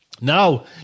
Now